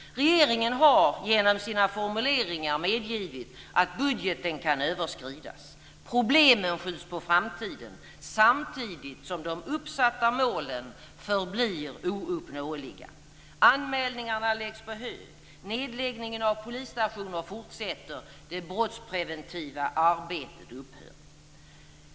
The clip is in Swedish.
Regeringen har genom sina formuleringar medgivit att budgeten kan överskridas. Problemen skjuts på framtiden, samtidigt som de uppsatta målen förblir ouppnåeliga. Anmälningarna läggs på hög, nedläggningen av polisstationer fortsätter och det brottspreventiva arbetet upphör.